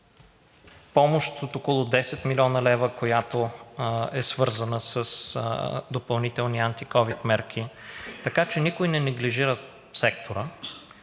помощ от около 10 млн. лв., която е свързана с допълнителни антиковид мерки. Така че никой не неглижира сектора.